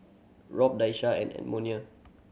Rob Daisha and Edmonia